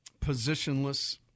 positionless